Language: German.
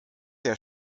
der